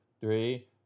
three